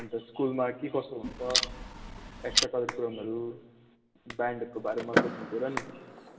अन्त स्कुलमा के कसो हुन्छ एक्स्ट्रा करिकुलमहरू ब्यान्डहरूको बारेमा सोध्नु थियो र नि